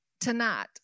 Tonight